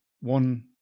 one